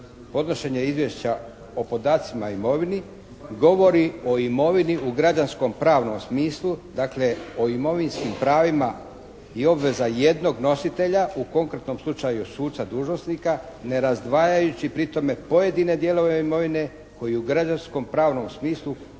podnošenje izvješća o podacima i imovini govori o imovini u građansko-pravnom smislu, dakle o imovinskim pravima je obveza jednog nositelja, u konkretnom slučaju suca dužnosnika ne razdvajajući pri tome pojedine dijelove imovine koji u građansko-pravnom smislu,